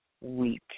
week